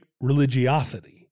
religiosity